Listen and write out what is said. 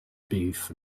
beef